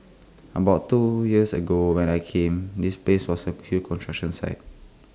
about two years ago when I came this place was A huge construction site